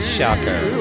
Shocker